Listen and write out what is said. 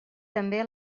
també